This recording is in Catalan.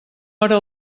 hora